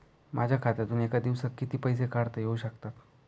माझ्या खात्यातून एका दिवसात किती पैसे काढता येऊ शकतात?